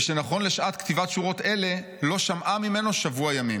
ושנכון לשעת כתיבת שורות אלה לא שמעה ממנו שבוע ימים.